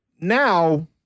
now